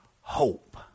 hope